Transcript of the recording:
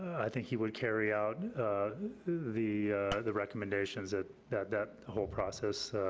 i think he would carry out the the recommendations that that that whole process